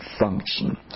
function